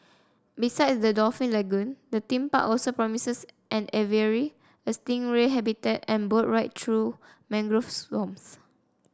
beside the dolphin lagoon the theme park also promises an aviary a stingray habitat and boat ride through mangrove swamps